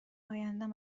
ایندم